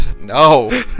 No